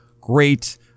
great